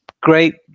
great